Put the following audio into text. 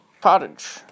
pottage